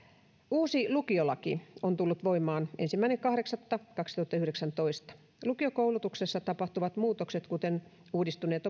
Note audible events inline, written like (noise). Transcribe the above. uusi lukiolaki on tullut voimaan ensimmäinen kahdeksatta kaksituhattayhdeksäntoista lukiokoulutuksessa tapahtuvat muutokset kuten uudistuneet (unintelligible)